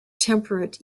temperate